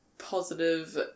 positive